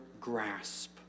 grasp